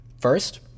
First